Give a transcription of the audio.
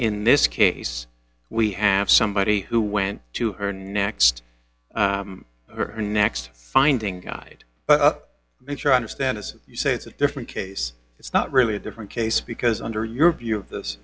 in this case we have somebody who went to her next her next finding god make sure i understand as you say it's a different case it's not really a different case because under your view of this